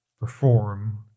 perform